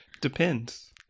Depends